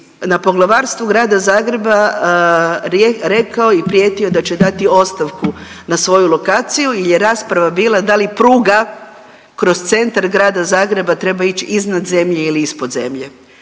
na Poglavarsku Grada Zagreba rekao i prijetio da će dati ostavku na svoju lokaciju jer je rasprava bila da li pruga kroz centar Grada Zagreba treba ić iznad zemlje ili ispod zemlje.